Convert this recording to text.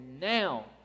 now